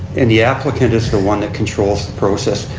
and the applicant is the one that controls the process.